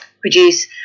produce